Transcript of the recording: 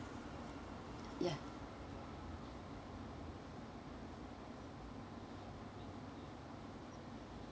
ya ya